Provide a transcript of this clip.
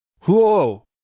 Whoa